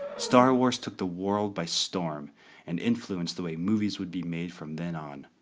star wars took the world by storm and influenced the way movies would be made from then on.